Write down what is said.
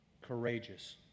courageous